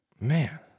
Man